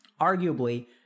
Arguably